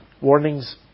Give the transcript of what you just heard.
Warnings